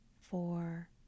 four